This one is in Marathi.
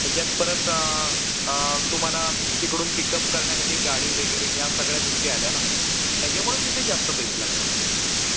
ह्याच्यात परत तुम्हाला तिकडून पिक अप करण्यासाठी गाडी वगैरे ह्या सगळ्या गोष्टी आल्या ना त्याच्यामुळं तिथे जास्त पैसे लागणार तुमचे